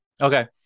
Okay